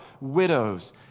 widows